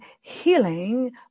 healing